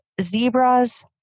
zebras